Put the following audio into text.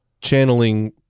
channeling